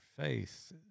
faith